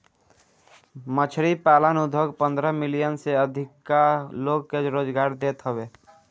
मछरी पालन उद्योग पन्द्रह मिलियन से अधिका लोग के रोजगार देत हवे